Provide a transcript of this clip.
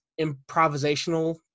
improvisational